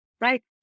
right